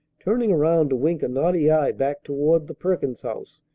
turning around to wink a naughty eye back toward the perkins house.